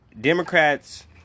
Democrats